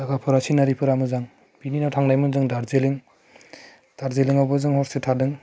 जागाफोरा सिनारिफोरा मोजां बिनि उनाव थांनायमोन जों दार्जिलिं दार्जिलिङावबो जों हरसे थादों